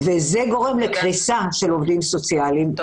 וזה גורם לקריסה של עובדים סוציאליים -- תודה.